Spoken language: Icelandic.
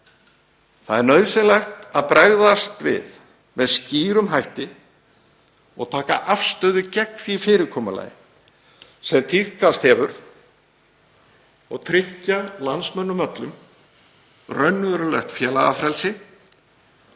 Það er nauðsynlegt að bregðast við með skýrum hætti og taka afstöðu gegn því fyrirkomulagi sem tíðkast hefur og tryggja landsmönnum öllum raunverulegt félagafrelsi